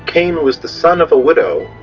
cain was the son of a widow,